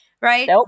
right